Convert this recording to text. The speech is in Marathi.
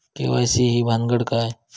के.वाय.सी ही भानगड काय?